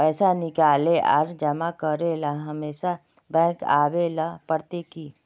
पैसा निकाले आर जमा करेला हमेशा बैंक आबेल पड़ते की?